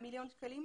מיליון שקלים,